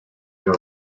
dans